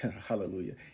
hallelujah